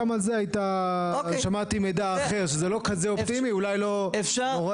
גם על זה שמעתי מידע אחר אולי לא נוראי,